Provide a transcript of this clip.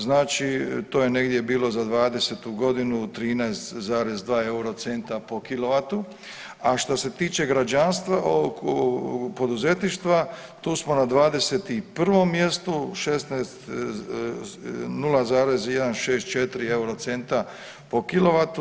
Znači to je negdje bilo za '20.-tu 13,2 euro centa po kilovatu, a što se tiče građanstva, poduzetništva tu smo na 21 mjestu 16 0,164 euro centa po kilovatu.